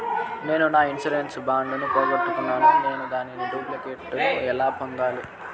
నేను నా insurance bond ను పోగొట్టుకున్నప్పుడు నేను దాని డూప్లికేట్ ను ఎలా పొందాలి?